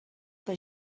que